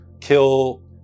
kill